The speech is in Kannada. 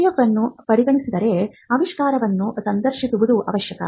IDF ಅನ್ನು ಪರಿಗಣಿಸದಿದ್ದರೆ ಆವಿಷ್ಕಾರಕನನ್ನು ಸಂದರ್ಶಿಸುವುದು ಅವಶ್ಯಕ